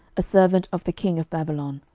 a servant of the king of babylon,